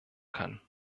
kann